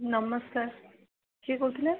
ନମସ୍କାର କିଏ କହୁଥିଲେ